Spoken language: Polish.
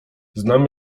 znam